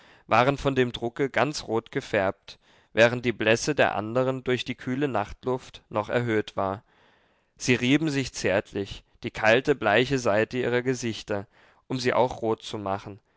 waren von dem drucke ganz rotgefärbt während die blässe der andern durch die kühle nachtluft noch erhöht war sie rieben sich zärtlich die kalte bleiche seite ihrer gesichter um sie auch rot zu machen